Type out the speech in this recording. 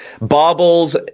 bobbles